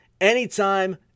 anytime